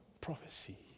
Prophecy